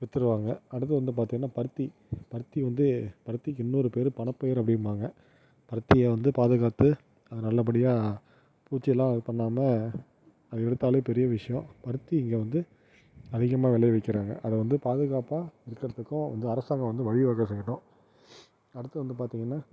வித்துடுவாங்க அடுத்து வந்து பார்த்திங்கன்னா பருத்தி பருத்தி வந்து பருத்திக்கு இன்னொரு பெயர் பணப்பயிறுன்னு அப்படின்னுவாங்க பருத்தி வந்து பாதுகாத்து அது நல்லபடியாக பூச்சி எல்லாம் இது பண்ணாமல் அது எடுத்தாலே பெரிய விஷயம் பருத்தி இங்கே வந்து அதிகமாக விளைவிக்கிறாங்க அதை வந்து பாதுகாப்பாக விக்கிறதுக்கும் வந்து அரசாங்கம் வந்து வழிவகை செய்யணும் அடுத்து வந்து பார்த்திங்கன்னா